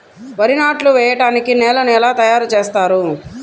వరి నాట్లు వేయటానికి నేలను ఎలా తయారు చేస్తారు?